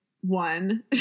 one